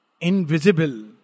invisible